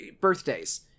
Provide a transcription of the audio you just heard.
birthdays